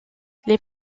les